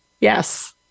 Yes